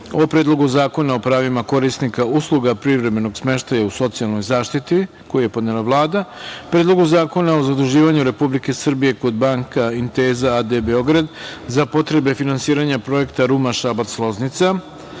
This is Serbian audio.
o: Predlogu zakona o pravima korisnika usluga privremenog smeštaja u socijalnoj zaštiti, koji je podnela Vlada, Predlogu zakona o zaduživanju Republike Srbije kod Banka „Inteza“ a.d. Beograd za potrebe finansiranja projekta Ruma – Šabac – Loznica,